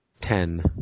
Ten